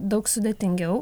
daug sudėtingiau